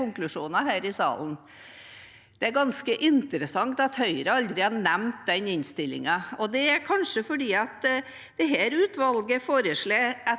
konklusjoner her i salen. Det er ganske interessant at Høyre aldri har nevnt den innstillingen. Det er kanskje fordi dette utvalget slo